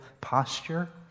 posture